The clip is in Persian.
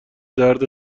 درد